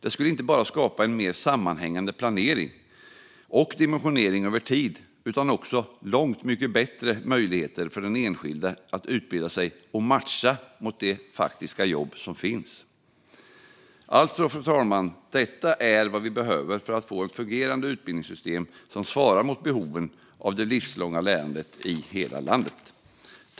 Det skulle inte bara skapa en mer sammanhängande planering och dimensionering över tid utan också långt mycket bättre möjligheter för den enskilde att utbilda sig och matcha mot de jobb som finns. Detta är vad vi behöver för att få ett fungerande utbildningssystem som svarar mot behoven av livslångt lärande i hela landet.